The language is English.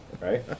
Right